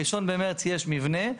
בראשון במרץ יש מבנה.